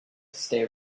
stay